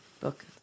book